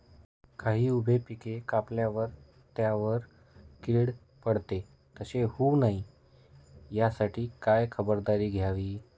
काही उभी पिके कापल्यावर त्यावर कीड पडते, तसे होऊ नये यासाठी काय खबरदारी घ्यावी?